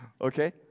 Okay